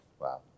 wow